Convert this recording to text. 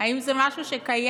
אם זה בכלל משהו שקיים,